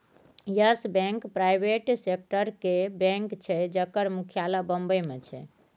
yes Bank private सेक्टरक bank छै जकर मुख्यालय बंबई मे छै